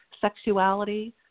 sexuality